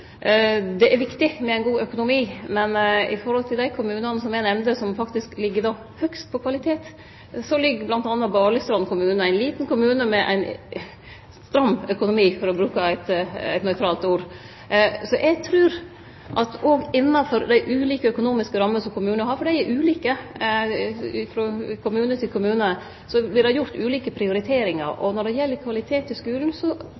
Det er viktig med ein god økonomi. Men av dei kommunane som eg nemnde som ligg høgst på kvalitet, er bl.a. Balestrand kommune – ein liten kommune med ein stram økonomi, for å bruke eit nøytralt ord. Eg trur at òg innanfor dei ulike økonomiske rammene som kommunane har – for dei er ulike frå kommune til kommune – vert det gjort ulike prioriteringar. Når det gjeld kvalitet i skulen, vil eg tilbake til